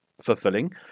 fulfilling